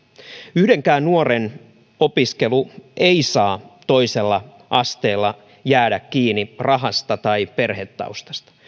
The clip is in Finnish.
yhdenkään nuoren opiskelu ei saa toisella asteella jäädä kiinni rahasta tai perhetaustasta